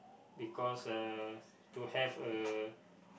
because uh to have a